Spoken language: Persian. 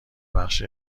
بخش